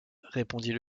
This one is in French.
répondit